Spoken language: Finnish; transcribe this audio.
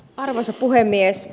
arvoisa puhemies